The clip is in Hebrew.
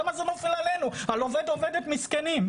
למה זה נופל עלינו על עובד או עובדת מסכנים?